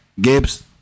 Gibbs